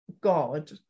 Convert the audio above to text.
God